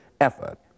effort